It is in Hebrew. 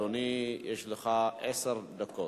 בבקשה, אדוני, יש לך עשר דקות.